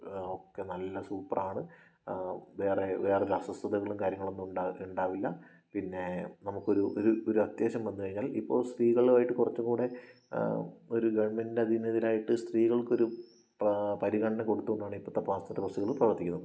ഒക്കെ നല്ല സൂപ്പറാണ് വേറെ വേറെയൊരു അസ്വസ്ഥകളും കാര്യങ്ങളൊന്നും ഉണ്ടാവില്ല പിന്നെ നമുക്കൊരു ഒരു ഒരത്യാവശ്യം വന്നു കഴിഞ്ഞാൽ ഇപ്പോൾ സ്ത്രീകളുമായിട്ട് കുറച്ചുംകൂടി ഒരു ഗവൺമെൻ്റിൻ്റെ അധീനതയിലായിട്ട് സ്ത്രീകൾക്കൊരു പരിഗണന കൊടുത്തുകൊണ്ടാണ് ഇപ്പോഴത്തെ പാസഞ്ചർ ബസ്സുകൾ പ്രവർത്തിക്കുന്നത്